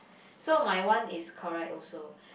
so my one is correct also